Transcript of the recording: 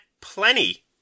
plenty